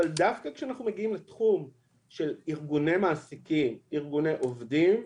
אבל דווקא כשאנחנו מגיעים לתחום של ארגוני מעסיקים וארגוני עובדים,